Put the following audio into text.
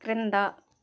క్రింద